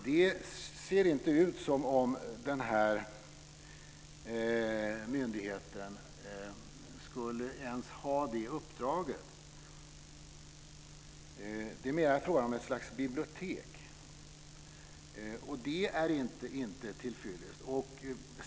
Det ser inte ut som om denna myndighet ens skulle ha det uppdraget, utan det är mer fråga om något slags bibliotek. Detta är inte tillfyllest.